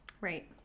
Right